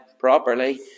properly